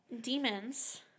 Demons